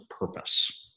purpose